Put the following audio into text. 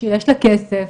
שיש לה כסף.